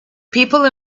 people